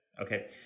okay